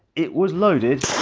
it was loaded,